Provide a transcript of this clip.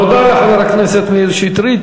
תודה לחבר הכנסת מאיר שטרית.